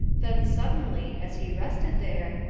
then, suddenly, as he rested there,